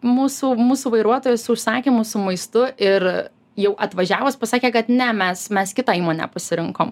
mūsų mūsų vairuotojas su užsakymu su maistu ir jau atvažiavus pasakė kad ne mes mes kitą įmonę pasirinkom